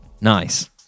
nice